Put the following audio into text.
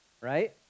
right